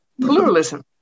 Pluralism